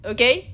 Okay